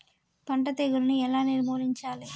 పంట తెగులుని ఎలా నిర్మూలించాలి?